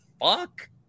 fuck